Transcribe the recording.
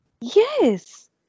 Yes